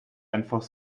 einfach